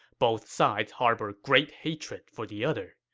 both sides harbor great hatred for the other.